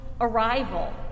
arrival